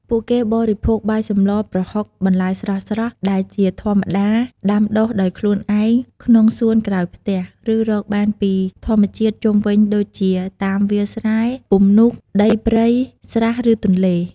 ពួកគេបរិភោគបាយសម្លរ ប្រហុក បន្លែស្រស់ៗ ដែលជាធម្មតាដាំដុះដោយខ្លួនឯងក្នុងសួនក្រោយផ្ទះ ឬរកបានពីធម្មជាតិជុំវិញដូចជា តាមវាលស្រែ ពំនូក ដីព្រៃ ស្រះ ឬទន្លេ។